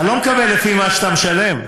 אתה לא מקבל לפי מה שאתה משלם.